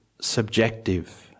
subjective